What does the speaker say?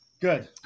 good